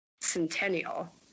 Centennial